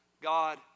God